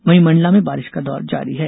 वहीं मंडला में बारिश का दौर जारी है